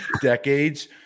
Decades